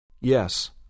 Yes